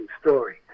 story